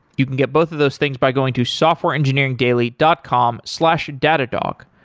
you can get both of those things by going to softwareengineeringdaily dot com slash datadog.